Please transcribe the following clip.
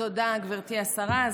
תודה, גברתי השרה.